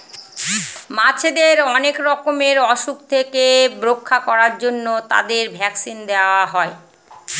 মাছেদের অনেক রকমের অসুখ থেকে রক্ষা করার জন্য তাদের ভ্যাকসিন দেওয়া হয়